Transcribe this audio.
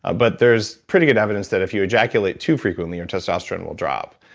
ah but there's pretty good evidence that if you ejaculate too frequently, your testosterone will drop.